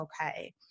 okay